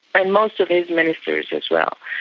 but and most of his ministers as well.